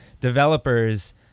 developers